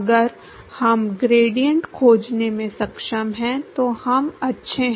अगर हम ग्रेडिएंट खोजने में सक्षम हैं तो हम अच्छे हैं